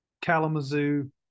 Kalamazoo